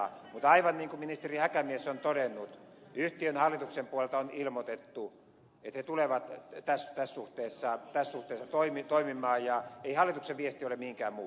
mutta aivan niin kuin ministeri häkämies on todennut yhtiön hallituksen puolelta on ilmoitettu että he tulevat tässä suhteessa toimimaan ja ei hallituksen viesti ole mihinkään muuttunut